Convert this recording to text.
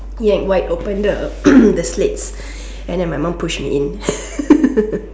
yanked wide open the the slates and then my mom pushed me in